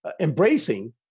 embracing